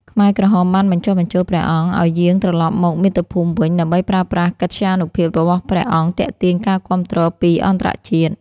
ខ្មែរក្រហមបានបញ្ចុះបញ្ចូលព្រះអង្គឱ្យយាងត្រឡប់មកមាតុភូមិវិញ ដើម្បីប្រើប្រាស់កិត្យានុភាពរបស់ព្រះអង្គទាក់ទាញការគាំទ្រពីអន្តរជាតិ។